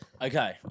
Okay